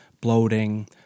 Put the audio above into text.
bloating